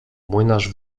młynarz